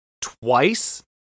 twice